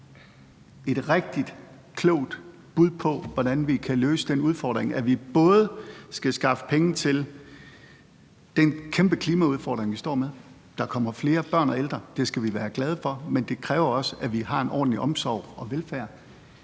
et rigtig klogt bud på, hvordan vi kan løse den udfordring, at vi både skal skaffe penge til den kæmpe klimaudfordring, vi står med, at der kommer flere børn og ældre – det skal vi være glade for, men det kræver også, at vi har en ordentlig omsorg og velfærd